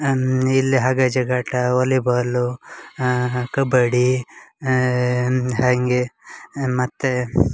ಅನ್ ಇಲ್ಲಿ ಹಗ್ಗ ಜಗ್ಗಾಟ ವಾಲಿಬಾಲು ಕಬಡ್ಡಿ ಹಾಗೆ ಮತ್ತು